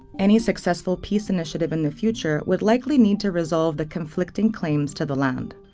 any successful peace initiative in the future would likely need to resolve the conflicting claims to the land.